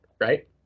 right